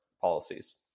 policies